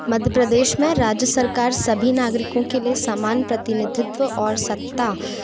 मध्यप्रदेश मे राज्य सरकार सभी नागरिकों के लिए सामान प्रतिनिधित्व और सत्ता